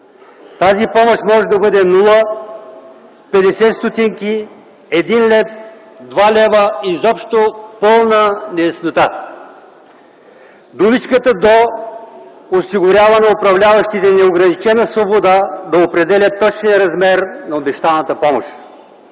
Тази помощ може да бъде нула, 50 ст., 1 лв., 2 лв., изобщо пълна неяснота. Думичката „до” осигурява на управляващите неограничена свобода да определят точния размер на обещаната помощ.